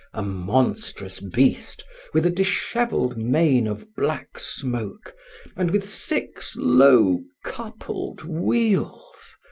a monstrous beast with a disheveled mane of black smoke and with six low, coupled wheels!